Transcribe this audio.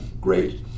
great